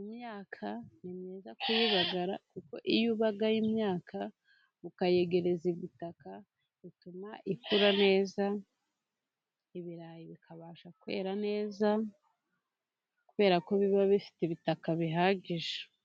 Imyaka ni myiza kuyibagara kuko iyo ubagaye imyaka ukayegereza ubutaka bituma ikura neza, ibirayi bikabasha kwera neza kubera ko biba bifite ibitaka bihagije.